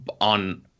on